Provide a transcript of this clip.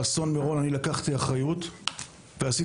באסון מירון אני לקחתי אחריות ועשיתי